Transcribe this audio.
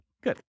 Good